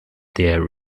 their